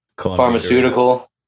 Pharmaceutical